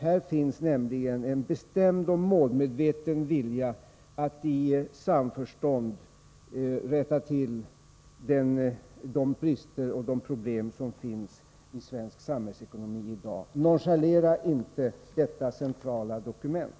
Här finns nämligen en bestämd och målmedveten vilja att i samförstånd rätta till de brister som finns i svensk samhällsekonomi i dag. Nonchalera inte detta centrala dokument.